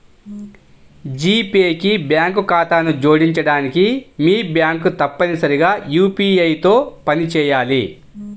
G Pay కి bank ఖాతాను జోడించడానికి, మీ బ్యాంక్ తప్పనిసరిగా యూ.పీ.ఐ తో పనిచేయాలి